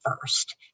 first